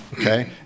okay